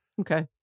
Okay